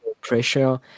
pressure